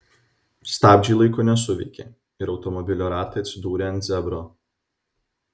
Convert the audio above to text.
stabdžiai laiku nesuveikė ir automobilio ratai atsidūrė ant zebro